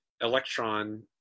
electron